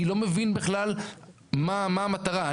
אני לא מבין בכלל מה המטרה.